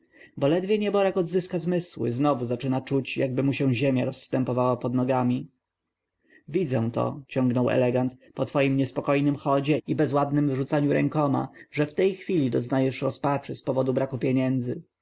bo ledwie nieborak odzyska zmysły znowu zaczyna czuć jakby mu się ziemia rozstępowała pod nogami widzę to ciągnął elegant po twoim niespokojnym chodzie i bezładnem wyrzucaniu rękoma że w tej chwili doznajesz rozpaczy z powodu braku pieniędzy